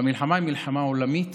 המלחמה היא מלחמה עולמית